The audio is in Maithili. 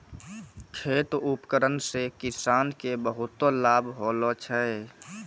खेत उपकरण से किसान के बहुत लाभ होलो छै